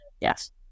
yes